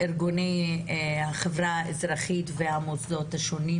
להתייחסות של ארגוני החברה האזרחית והמוסדות השונים.